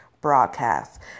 broadcast